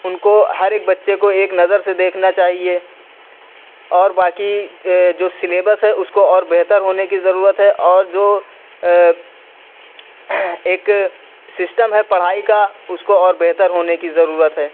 ان کو ہر ایک بچے کو ایک نظر سے دیکھنا چاہیے اور باقی جو سلیبس ہے اس کو اور بہتر ہونے کی ضرورت ہے اور جو ایک سسٹم ہے پڑھائی کا اس کو اور بہتر ہونے کی ضرورت ہے